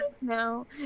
No